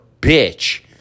Bitch